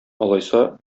алайса